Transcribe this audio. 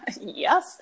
Yes